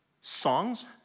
songs